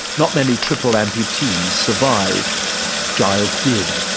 not many triple amputees survive giles did.